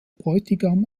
bräutigam